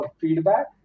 feedback